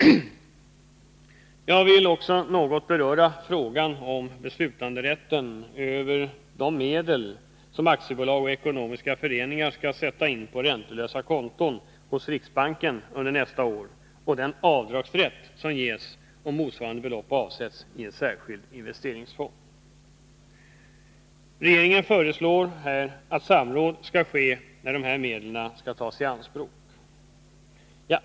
Jag vill också något beröra frågan om beslutanderätten över de medel som aktiebolag och ekonomiska föreningar skall sätta in på räntelösa konton hos riksbanken under nästa år och den avdragsrätt som ges, om motsvarande belopp avsätts i en särskild investeringsfond. Regeringen föreslår att samråd skall ske när dessa medel skall tas i anspråk.